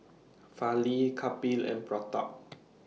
Fali Kapil and Pratap